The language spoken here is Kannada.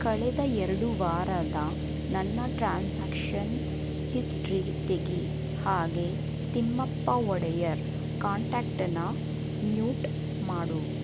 ಕಳೆದ ಎರಡು ವಾರದ ನನ್ನ ಟ್ರಾನ್ಸಾಕ್ಷನ್ ಹಿಸ್ಟ್ರಿ ತೆಗಿ ಹಾಗೇ ತಿಮ್ಮಪ್ಪ ಒಡೆಯರ್ ಕಾಂಟ್ಯಾಕ್ಟನ್ನ ಮ್ಯೂಟ್ ಮಾಡು